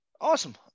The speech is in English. awesome